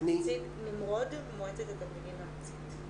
נמרוד ממועצת התלמידים הארצית.